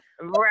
Right